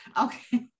Okay